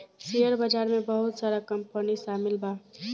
share बाजार में बहुत सारा कंपनी शामिल बा